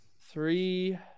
Three